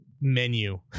menu